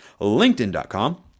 LinkedIn.com